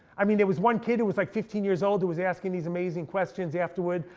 i mean there was one kid who was like fifteen years old who was asking these amazing questions afterward.